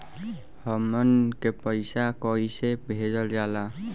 हमन के पईसा कइसे भेजल जाला?